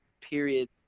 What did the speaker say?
period